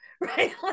right